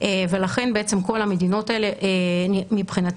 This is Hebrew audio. ולכן בעצם כל המדינות האלה מבחינתנו